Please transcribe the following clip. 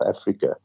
Africa